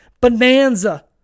bonanza